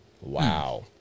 wow